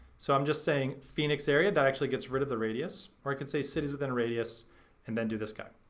so i'm just saying phoenix area. that actually gets rid of the radius. or i can say cities within radius and then do this guy.